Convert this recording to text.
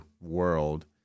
world